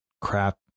crap